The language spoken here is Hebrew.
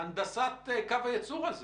הנדסת קו הייצור הזה.